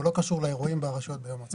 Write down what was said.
הוא לא קשור לאירועים ברשויות ובמועצות.